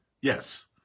Yes